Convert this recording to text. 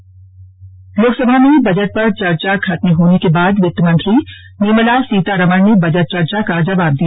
निर्मला सीतारमण लोकसभा में बजट पर चर्चा खत्म होने के बाद वित्त मंत्री निर्मला सीतारमण ने बजट चर्चा का जवाब दिया